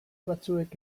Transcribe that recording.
batzuek